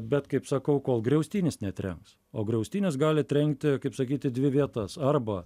bet kaip sakau kol griaustinis netrenks o griaustinis gali trenkti kaip sakyt į dvi vietas arba